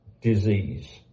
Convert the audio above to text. disease